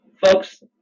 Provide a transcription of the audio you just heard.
Folks